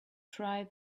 try